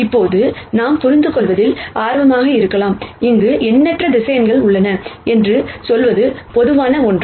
இப்போது நாம் புரிந்துகொள்வதில் ஆர்வமாக இருக்கலாம் இங்கு எண்ணற்ற வெக்டர்ஸ் உள்ளன என்று சொல்வது பொதுவான ஒன்று